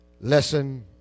lesson